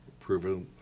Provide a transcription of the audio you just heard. approval